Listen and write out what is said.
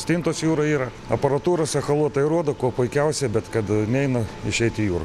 stintos jūroj yra aparatūros echolotai rodo kuo puikiausiai bet kad neina išeiti į jūrą